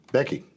Becky